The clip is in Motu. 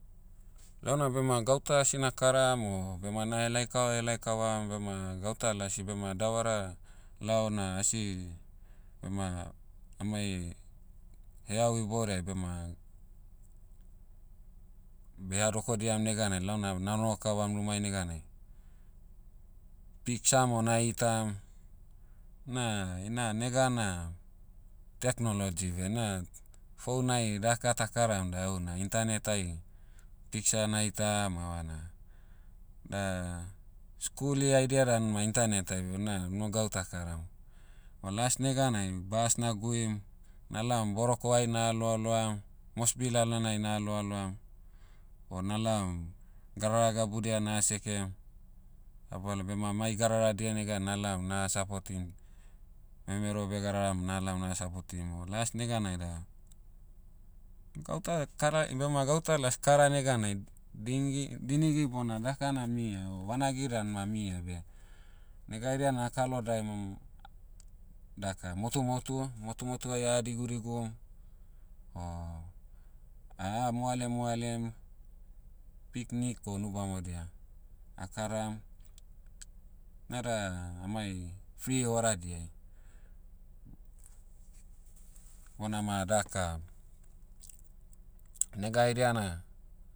Launa bema gauta asi nakaram o bema na'helai kava helai kavam bema gauta lasi bema davara, lao na asi, bema, amai, heau iboudai bema, be'hadokodiam neganai launa na noho kavam rumai neganai, piksa mo na'itam, na- ina nega na, technology beh na, phone ai daka ta'karam da heuna internet ai, piksa na'itam evana, da, skuli haidia dan ma internet ai bu na, una gau ta'karam. o las neganai bas na'guim, na'laom boroko'ai naha loaloam, mosbi lalonai naha loaloam, o na'laom, gadara gabudia naha sekem. Dabalao bema mai gadaradia negan na'laom naha sapotim. Memero beh gadaram na laom naha sapotim. O las neganai da, gauta kara- bema gauta las kara neganai, dingi- dinigi bona daka na mia o vanagi dan ma mia beh, nega haidia na a'kalo daemum, daka motumotu. Motumotu'ai ah digudigu, o, ah moalemoalem, picnic o unu bamodia, akaram. Na da, amai, free horadiai. Bona ma daka, nega haidia na,